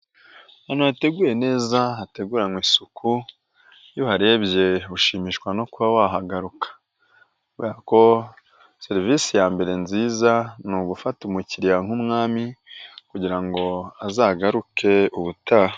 Ahantu hateguye neza hateguranywe isuku iyo uharebye ushimishwa no kuba wahagaruka kubera ko serivisi ya mbere nziza ni ugufata umukiriya nk'umwami kugira ngo azagaruke ubutaha.